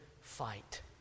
fight